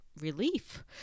relief